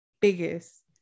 biggest